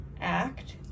act